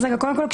קודם כול,